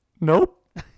nope